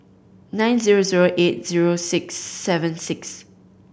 nine zero zero eight zero six seven six